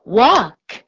walk